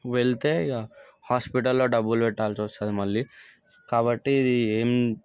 వెళ్తే ఇగ హాస్పటల్లో డబ్బులు పెట్టాల్సి వస్తుంది మళ్ళీ కాబట్టి ఇది ఏం